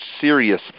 serious